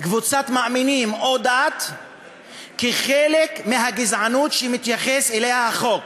קבוצת מאמינים או דת כחלק מהגזענות שמתייחס אליה החוק.